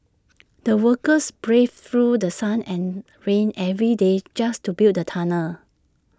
the workers braved through The Sun and rain every day just to build the tunnel